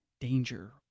danger